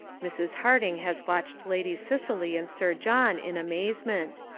mrs. harding has watched lady cicely and sir john in amazement.